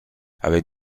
avec